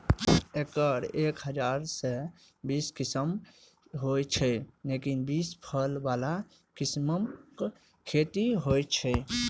एकर एक हजार सं बेसी किस्म होइ छै, लेकिन बेसी फल बला किस्मक खेती होइ छै